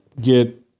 get